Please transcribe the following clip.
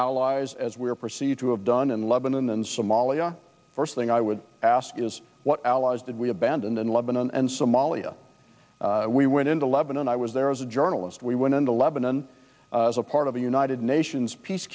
allies as we are perceived to have done in lebanon and somalia first thing i would ask is what allies did we abandoned in lebanon and somalia we went into lebanon i was there as a journalist we went into lebanon as a part of the united nations peace